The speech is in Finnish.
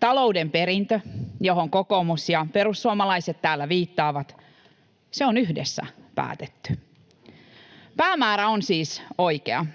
Talouden perintö, johon kokoomus ja perussuomalaiset täällä viittaavat, on yhdessä päätetty. Päämäärä on siis oikea.